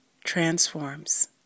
transforms